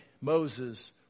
Moses